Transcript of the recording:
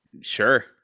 Sure